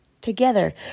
together